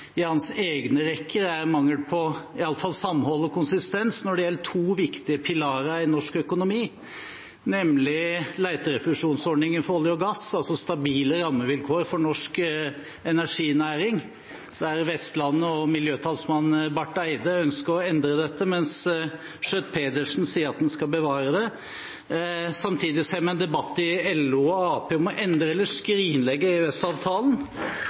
i hans egne rekker er mangel på iallfall samhold og konsistens når det gjelder to viktige pilarer i norsk økonomi, nemlig leterefusjonsordningen for olje og gass, altså stabile rammevilkår for norsk energinæring, der Vestlandet og miljøtalsmann Barth Eide ønsker å endre dette, mens Schjøtt-Pedersen sier at en skal bevare det. Samtidig ser vi en debatt i LO og Arbeiderpartiet om å endre eller skrinlegge